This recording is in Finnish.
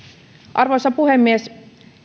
arvoisa puhemies